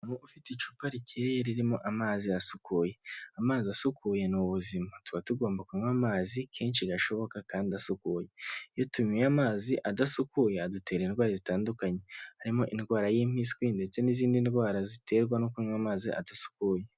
Umuntu ufite icupa rikeye ririmo amazi asukuye. Amazi asukuye ni ubuzima, tuba tugomba kunywa amazi kenshi gashoboka kandi asukuye. Iyo tunnyweye amazi adasukuye adutera indwara zitandukanye harimo indwara y'impiyiswi ndetse n'izindi ndwara ziterwa no kunywa amazi adasukuye.